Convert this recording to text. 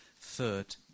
third